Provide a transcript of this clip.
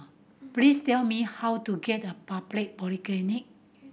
please tell me how to get Republic